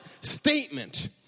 statement